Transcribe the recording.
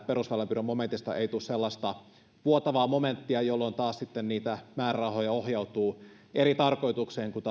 perusväylänpidon momentista ei tule sellaista vuotavaa momenttia jolloin taas niitä määrärahoja ohjautuu eri tarkoitukseen kuin